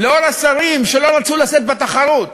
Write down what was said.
לנוכח השרים שלא רצו לשאת באחריות,